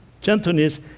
gentleness